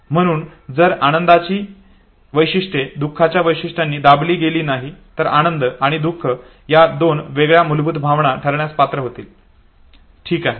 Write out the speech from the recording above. म्हणून जर आनंदाची वैशिष्ट्ये दुखाच्या वैशिष्ट्यांनी दाबली गेली नाही तर आनंद आणि दुख या दोन वेगळ्या मुलभूत भावना ठरण्यास पात्र होतील ठीक आहे